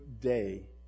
day